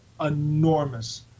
enormous